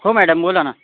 हो मॅडम बोला ना